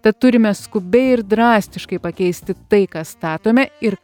tad turime skubiai ir drastiškai pakeisti tai ką statome ir